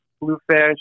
bluefish